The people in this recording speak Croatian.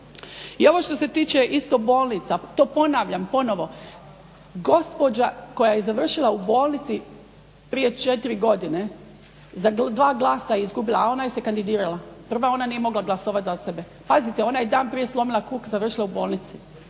I ovo što se tiče isto bolnica, to ponavljam ponovno, gospođa koja je završila u bolnici prije 4 godine za 2 glasa je izgubila a ona se kandidirala. Prva ona nije mogla glasovati za sebe. Pazite, ona je dan prije slomila kuk i završila u bolnici.